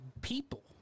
people